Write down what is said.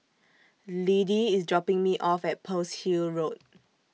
Liddie IS dropping Me off At Pearl's Hill Road